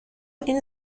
این